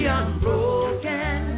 unbroken